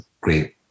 great